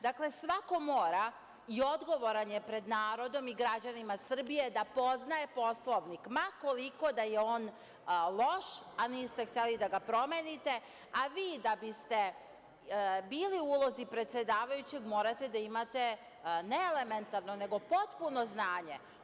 Dakle, svako mora i odgovoran je pred narodom i građanima Srbije da poznaje Poslovnik, ma koliko da je on loš, a niste hteli da ga promenite, a vi da biste bili u ulozi predsedavajućeg morate da imate, ne elementarno, nego potpuno znanje.